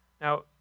Now